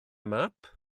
map